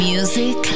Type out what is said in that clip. Music